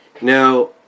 Now